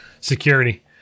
Security